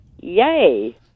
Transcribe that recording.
Yay